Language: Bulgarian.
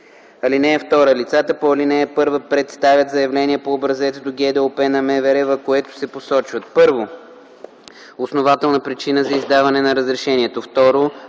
лице. (2) Лицата по ал. 1 представят заявление по образец до ГДОП на МВР, в което се посочват: 1. основателна причина за издаване на разрешението;